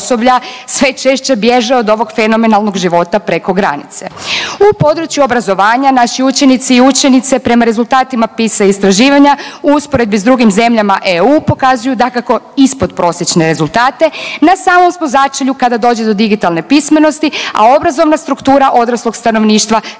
sve češće bježe od ovog fenomenalnog života preko granice. U području obrazovanja naši učenici i učenice prema rezultatima PISA istraživanja u usporedbi sa drugim zemljama EU pokazuju dakako ispod prosječne rezultate. Na samom smo začelju kada dođe do digitalne pismenosti, a obrazovna struktura odraslog stanovništva također